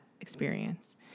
experience